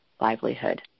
livelihood